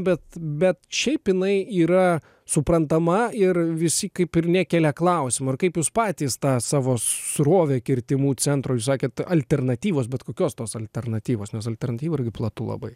bet bet šiaip jinai yra suprantama ir visi kaip ir nekelia klausimo ir kaip jūs patys tą savo srovę kirtimų centrui sakėt alternatyvos bet kokios tos alternatyvos nes alternatyva irgi platu labai